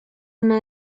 una